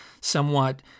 somewhat